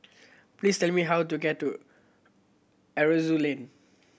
please tell me how to get to Aroozoo Lane